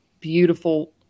beautiful